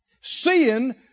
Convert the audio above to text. seeing